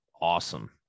awesome